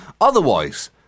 Otherwise